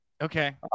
okay